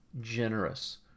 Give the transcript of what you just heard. generous